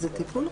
זה טיפול רפואי.